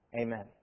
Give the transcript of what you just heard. Amen